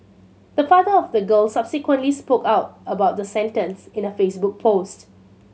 the father of the girl subsequently spoke out about the sentence in a Facebook post